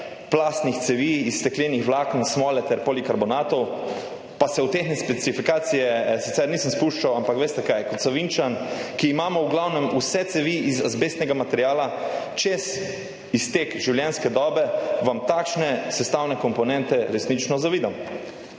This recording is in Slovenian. plastnih cevi iz steklenih vlaken, smole ter polikarbonatov, pa se v te specifikacije sicer nisem spuščal, ampak veste kaj, kot Savinjčan, ki imamo v glavnem vse cevi iz azbestnega materiala čez iztek življenjske dobe, vam takšne sestavne komponente resnično zavidam